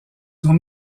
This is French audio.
son